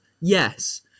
yes